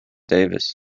davis